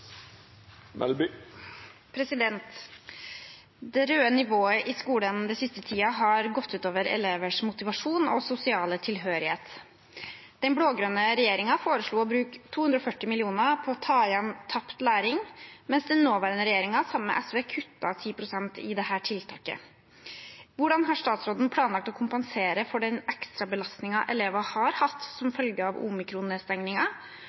røde nivået i skolen den siste tiden har gått ut over elevers motivasjon og sosiale tilhørighet. Den blå-grønne regjeringen foreslo å bruke 240 mill. kr på å ta igjen tapt læring, mens den nåværende regjeringen sammen med SV kuttet 10 pst. i dette tiltaket. Hvordan har statsråden planlagt å kompensere for ekstrabelastningen elever har hatt som følge av omikron-nedstengingen, og har